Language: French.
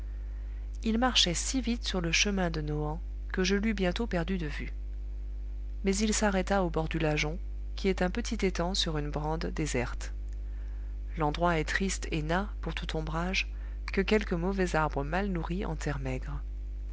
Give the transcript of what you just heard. il marchait si vite sur le chemin de nohant que je l'eus bientôt perdu de vue mais il s'arrêta au bord du lajon qui est un petit étang sur une brande déserte l'endroit est triste et n'a pour tout ombrage que quelques mauvais arbres mal nourris en terre maigre